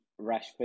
Rashford